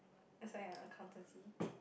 S_I_M Accountancy